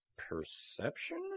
perception